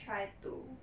try to